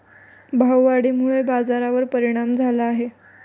भाववाढीमुळे बाजारावर परिणाम झाला आहे